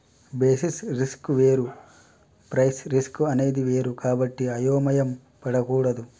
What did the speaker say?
basis risk వేరు price risk అనేది వేరు కాబట్టి అయోమయం పడకూడదు